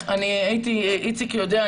איציק יודע,